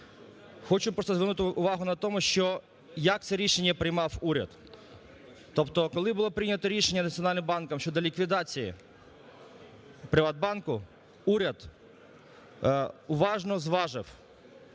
Просто звернути увагу на тому, що як це рішення приймав уряд. Тобто, коли було прийнято рішення Національним банком щодо ліквідації "ПриватБанку", уряд уважно зважив,